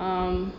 um